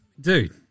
dude